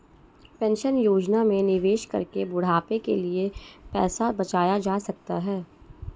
pension योजना में निवेश करके बुढ़ापे के लिए पैसा बचाया जा सकता है